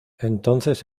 entonces